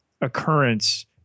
occurrence